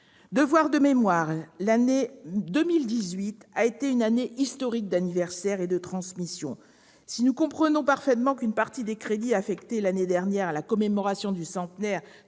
devoir de mémoire, 2018 a été une année historique de commémoration et de transmission. Si nous comprenons parfaitement que les crédits affectés l'année dernière à la célébration du centenaire